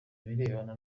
ibirebana